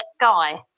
guy